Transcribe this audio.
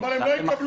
אבל הם לא יקבלו.